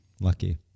Lucky